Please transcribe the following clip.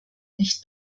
nicht